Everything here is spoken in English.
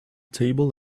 table